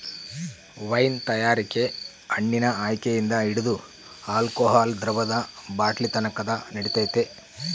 wine ತಯಾರಿಕೆ ಹಣ್ಣಿನ ಆಯ್ಕೆಯಿಂದ ಹಿಡಿದು ಆಲ್ಕೋಹಾಲ್ ದ್ರವದ ಬಾಟ್ಲಿನತಕನ ನಡಿತೈತೆ